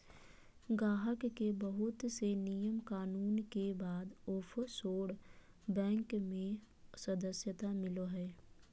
गाहक के बहुत से नियम कानून के बाद ओफशोर बैंक मे सदस्यता मिलो हय